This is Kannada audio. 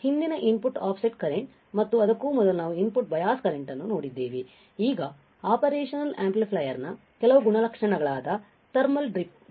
ಆದ್ದರಿಂದ ಹಿಂದಿನ ಇನ್ಪುಟ್ ಆಫ್ಸೆಟ್ ಕರೆಂಟ್ ಮತ್ತು ಅದಕ್ಕೂ ಮೊದಲು ನಾವು ಇನ್ಪುಟ್ ಬಯಾಸ್ ಕರೆಂಟ್ ಅನ್ನು ನೋಡಿದ್ದೇವೆ ಈಗ ಆಪರೇಷನಲ್ ಆಂಪ್ಲಿಫೈಯರ್ನ ಕೆಲವು ಗುಣಲಕ್ಷಣಗಳಾದ ಥರ್ಮಲ್ ಡ್ರಿಫ್ಟ್ thermal drift